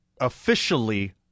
officially